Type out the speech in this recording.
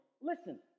listen